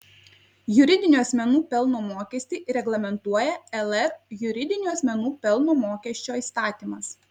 juridinių asmenų pelno mokestį reglamentuoja lr juridinių asmenų pelno mokesčio įstatymas